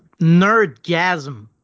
nerdgasm